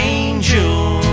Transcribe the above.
angel